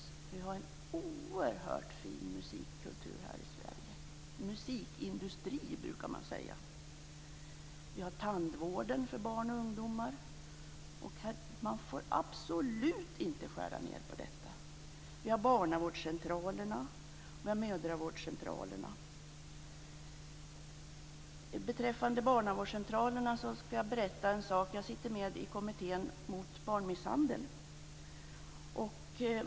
Vi har en oerhört fin musikkultur här i Sverige, musikindustri, brukar man säga. Vi har tandvården för barn och ungdomar. Man får absolut inte skära ned på detta. Vi har barnavårdscentralerna, mödravårdscentralerna. Beträffande barnavårdscentralerna ska jag berätta en sak. Jag sitter med i kommittén mot barnmisshandel.